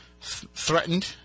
threatened